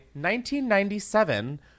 1997